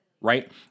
right